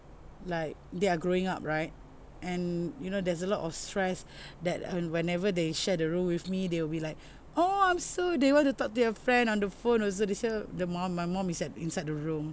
like they are growing up right and you know there's a lot of stress that uh whenever they shared the room with me they will be like oh I'm so they want to talk to their friend on the phone also they say the mom my mom is at inside the room